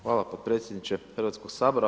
Hvala potpredsjedniče Hrvatskog sabora.